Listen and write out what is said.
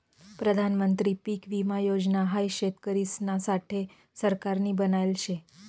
प्रधानमंत्री पीक विमा योजना हाई शेतकरिसना साठे सरकारनी बनायले शे